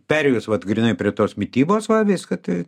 perėjus vat grynai prie tos mitybos va viską tai